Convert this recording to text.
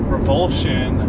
Revulsion